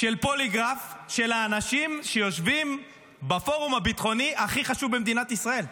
של פוליגרף לאנשים שיושבים בפורום הביטחוני הכי חשוב במדינת ישראל,